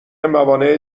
موانع